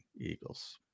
Eagles